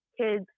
kids